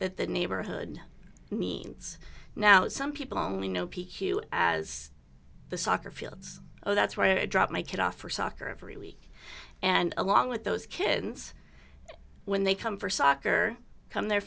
that the neighborhood means now some people only know p q as the soccer fields oh that's where i drop my kid off for soccer every week and along with those kids when they come for soccer come their